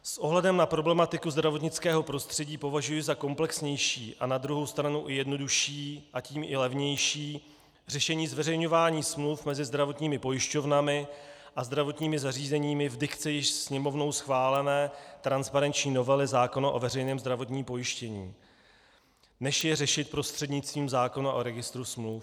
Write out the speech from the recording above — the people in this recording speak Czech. S ohledem na problematiku zdravotnického prostředí považuji za komplexnější a na druhou stranu i jednodušší, a tím i levnější řešení zveřejňování smluv mezi zdravotními pojišťovnami a zdravotními zařízeními v dikci již Sněmovnou schválené transparenční novely zákona o veřejném zdravotním pojištění, než je řešit prostřednictvím zákona o Registru smluv.